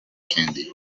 candy